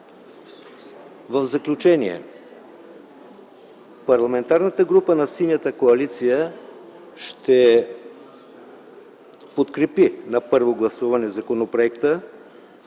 В заключение, Парламентарната група на Синята коалиция ще подкрепи на първо гласуване законопроекта,